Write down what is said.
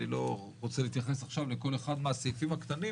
אני לא רוצה להתייחס לכל אחד מהסעיפים הקטנים,